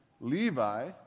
Levi